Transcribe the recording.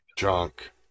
junk